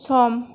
सम